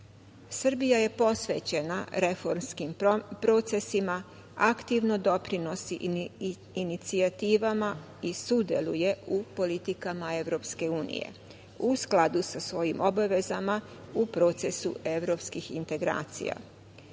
je posvećena reformskim procesima, aktivno doprinosi inicijativama i sudeluje u politika EU u skladu sa svojim obavezama u procesu evropskih integracija. Dalji